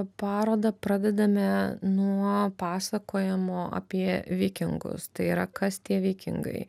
parodą pradedame nuo pasakojimo apie vikingus tai yra kas tie vikingai